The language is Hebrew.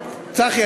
צחי,